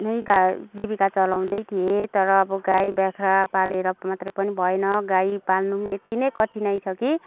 नै का जिविका चलाउँदै थिएँ तर अब गाई बाख्रा पालेर मात्र पनि भएन गाई पाल्नु पनि यति नै कठिनाइ छ कि